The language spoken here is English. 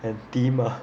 and tim ah